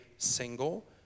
Single